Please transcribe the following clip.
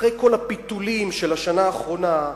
אחרי כל הפיתולים של השנה האחרונה,